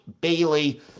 Bailey